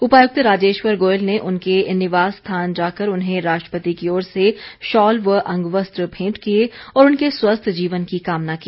उपायुक्त राजेश्वर गोयल ने उनके निवास स्थान जाकर उन्हें राष्ट्रपति की ओर से शॉल व अंगवस्त्र भेंट किए और उनके स्वस्थ जीवन की कामना की